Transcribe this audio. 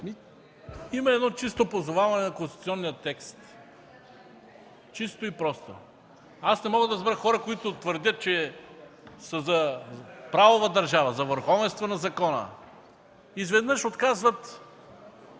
Има едно чисто позоваване на конституционния текст – чисто и просто! Аз не мога да разбера хора, които твърдят, че са за правова държава, за върховенство на закона – изведнъж отказват